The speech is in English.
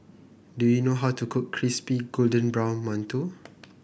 do you know how to cook Crispy Golden Brown Mantou